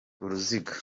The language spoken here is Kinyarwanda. uruziga